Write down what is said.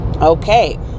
Okay